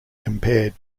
compared